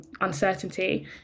uncertainty